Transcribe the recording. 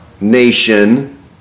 Nation